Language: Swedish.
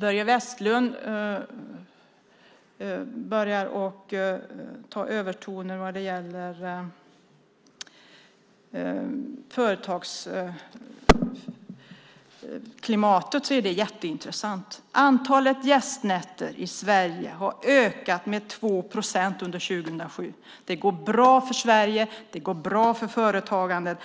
Börje Vestlund tar övertoner vad gäller företagsklimatet. Det är jätteintressant. Antalet gästnätter i Sverige har ökat med 2 procent under 2007. Det går bra för Sverige, det går bra för företagandet.